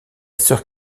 sœur